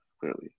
clearly